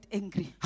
angry